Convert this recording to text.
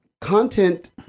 content